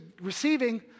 receiving